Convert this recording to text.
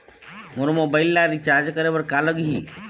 मोर mobile ला recharge करे बर का लगही?